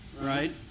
right